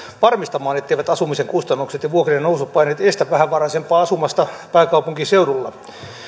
varmistamaan etteivät asumisen kustannukset ja vuokrien nousupaineet estä vähävaraisempaa asumasta pääkaupunkiseudulla